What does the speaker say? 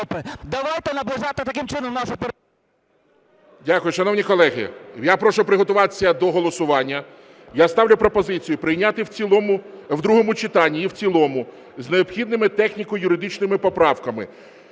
Дякую. Шановні колеги, я прошу приготуватися до голосування. Я ставлю пропозицію прийняти в другому читанні і в цілому з необхідними техніко-юридичними поправками